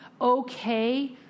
okay